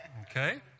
okay